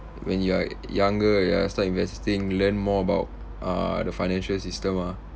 when you're younger ya start investing learn more about uh the financial system ah